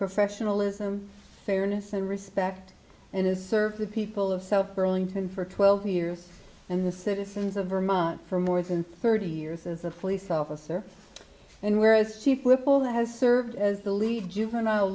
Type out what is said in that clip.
professionalism fairness and respect and has served the people of south burlington for twelve years and the citizens of vermont for more than thirty years as a police officer and where as chief whip all has served as the lead juvenile